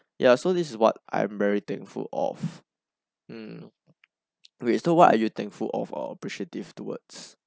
ya so this is what I'm very thankful of mm you know okay so what are you thankful of or are appreciative towards